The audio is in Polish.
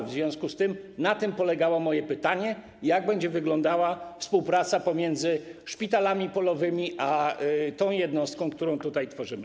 W związku z tym na tym polegało moje pytanie: Jak będzie wyglądała współpraca pomiędzy szpitalami polowymi a jednostką, którą tu tworzymy?